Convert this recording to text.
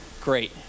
Great